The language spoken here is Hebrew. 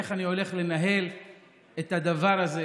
איך אני הולך לנהל את הדבר הזה?